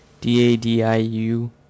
D-A-D-I-U